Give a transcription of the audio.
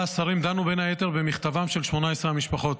ובה השרים דנו בין היתר במכתבם של 18 המשפחות.